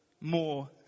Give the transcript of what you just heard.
more